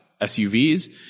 SUVs